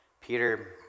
Peter